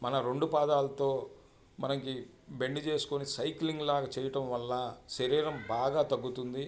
మన రెండు పాదాలతో మనకి బెండు చేసుకుని సైక్లింగ్ లాగా చేయటం వల్ల శరీరం బాగా తగ్గుతుంది